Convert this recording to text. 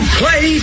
play